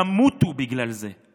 ימותו בגלל זה.